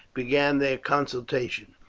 began their consultation.